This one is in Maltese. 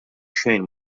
xejn